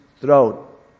throat